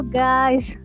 guys